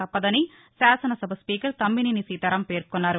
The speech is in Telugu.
తప్పదని శాసనసభ స్పీకర్ తమ్మినేని సీతారామ్ పేర్కొన్నారు